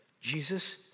Jesus